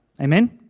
Amen